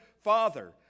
Father